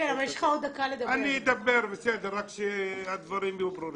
אני אדבר עד שהדברים יהיו ברורים.